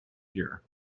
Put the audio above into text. here